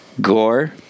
gore